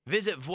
Visit